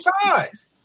size